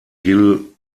gil